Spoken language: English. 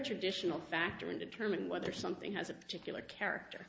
traditional factor in determining whether something has a particular character